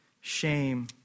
shame